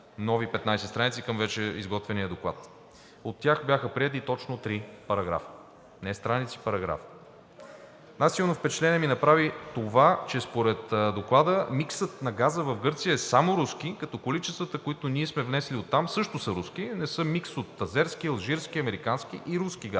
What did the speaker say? параграфа – не страници, параграфа. Най-силно впечатление ми направи това, че според Доклада миксът на газа в Гърция е само руски, като количествата, които ние сме внесли оттам, също са руски, а не са микс от азерски, алжирски, американски и руски газ.